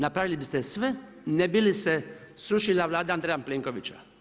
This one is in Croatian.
Napravili biste sve ne bi li se srušila Vlada Andreja Plenkovića.